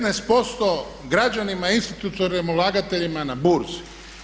15% građanima, institucionalnim ulagateljima na burzi.